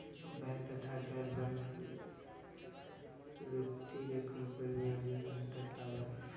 Bank तथा गैर banking वित्तीय कम्पनीयो मे अन्तर का बा?